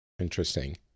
Interesting